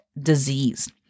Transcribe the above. disease